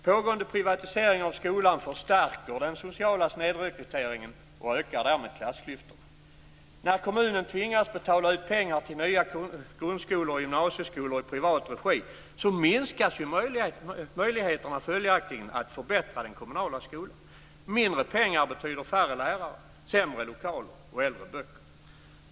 Pågående privatisering av skolan förstärker den sociala snedrekryteringen och ökar därmed klassklyftorna. När kommunen tvingas betala ut pengar till nya grundskolor och gymnasieskolor i privat regi, minskar följaktligen möjligheterna att förbättra den kommunala skolan. Mindre pengar betyder färre lärare, sämre lokaler och äldre böcker.